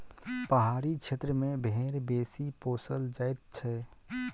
पहाड़ी क्षेत्र मे भेंड़ बेसी पोसल जाइत छै